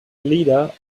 leader